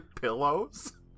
pillows